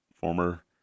former –